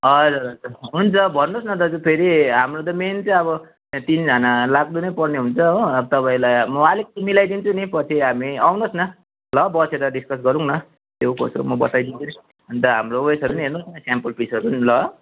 हजुर हजुर हुन्छ भन्नुहोस् न दाजु फेरि हाम्रो त मेन चाहिँ अब तिनजना लाग्नु नै पर्ने हुन्छ हो अब तपाईँलाई म अलिक मिलाइदिन्छु नि पछि हामी आउनुहोस् न ल बसेर डिस्कस गरौँ न के हो कसो हो म बताइदिन्छु नि अन्त हाम्रो उयेसहरू पनि हेर्नोस् न स्याम्पल पिसहरू पनि ल